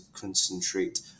concentrate